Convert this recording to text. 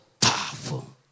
powerful